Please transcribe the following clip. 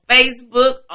Facebook